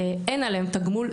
אין עליהם תגמול,